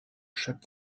chaque